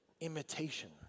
imitation